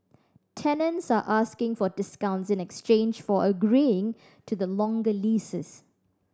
tenants are asking for discounts in exchange for agreeing to the longer leases